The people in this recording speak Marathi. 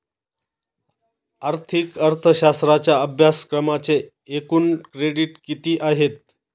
आर्थिक अर्थशास्त्राच्या अभ्यासक्रमाचे एकूण क्रेडिट किती आहेत?